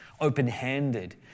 open-handed